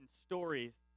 stories